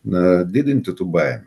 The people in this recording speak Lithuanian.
na didinti tų baimių